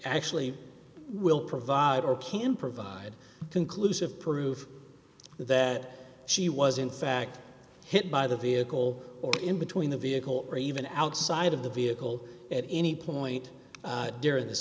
actually will provide or can provide conclusive proof that she was in fact hit by the vehicle or in between the vehicle or even outside of the vehicle at any point during this